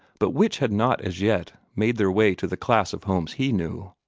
but which had not as yet made their way to the class of homes he knew.